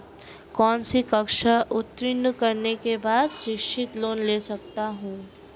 कौनसी कक्षा उत्तीर्ण करने के बाद शिक्षित लोंन ले सकता हूं?